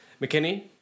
McKinney